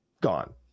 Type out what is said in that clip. gone